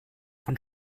von